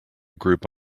group